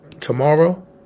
Tomorrow